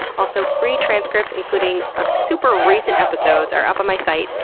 also, free transcripts including of super recent episodes are up on my site,